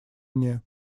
мне